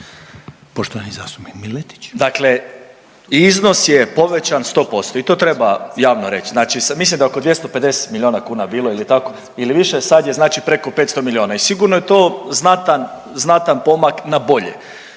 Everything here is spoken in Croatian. Poštovani zastupnik Miletić.